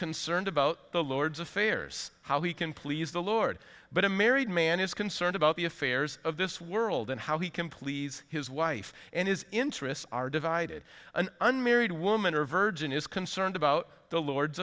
concerned about the lord's affairs how he can please the lord but a married man is concerned about the affairs of this world and how he can please his wife and his interests are divided an unmarried woman or virgin is concerned about the lord's